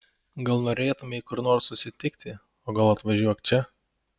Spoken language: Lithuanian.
gal norėtumei kur nors susitikti o gal atvažiuok čia